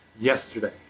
yesterday